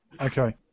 Okay